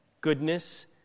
goodness